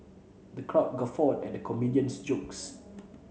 the crowd guffawed at the comedian's jokes